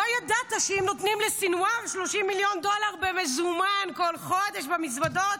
לא ידעת שהם נותנים לסנוואר 30 מיליון דולר במזומן כל חודש במזוודות,